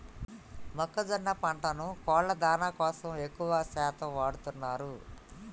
మొక్కజొన్న పంటను కోళ్ళ దానా కోసం ఎక్కువ శాతం వాడుతున్నారు